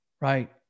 right